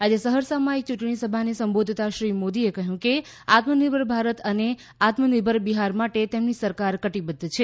આજે સહરસામાં એક ચ્રંટણીસભામાં સંબોધતાં શ્રી મોદીએ કહ્યું કે આત્મનિર્ભર ભારત અને આત્મનિર્ભર બિહાર માટે તેમની સરકાર કટિબદ્ધ છે